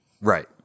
Right